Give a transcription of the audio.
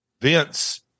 vince